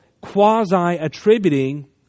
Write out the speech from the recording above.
quasi-attributing